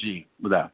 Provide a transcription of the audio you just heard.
जी ॿुधायो